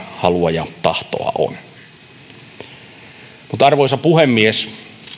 halua ja tahtoa on arvoisa puhemies